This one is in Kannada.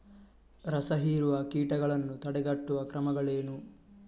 ರಸಹೀರುವ ಕೀಟಗಳನ್ನು ತಡೆಗಟ್ಟುವ ಕ್ರಮಗಳೇನು?